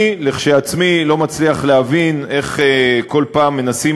אני כשלעצמי לא מצליח להבין איך כל פעם מנסים